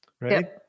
Right